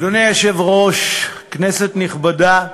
אדוני היושב-ראש, כנסת נכבדה,